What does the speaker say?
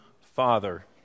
father